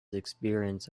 experience